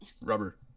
Rubber